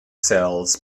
cells